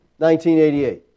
1988